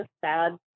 sad